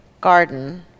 garden